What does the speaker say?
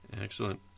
Excellent